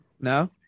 no